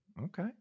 okay